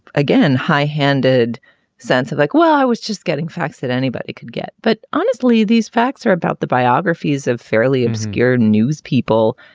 again, high handed sense of like, well, i was just getting facts that anybody could get but honestly, these facts are about the biographies of fairly obscure news people,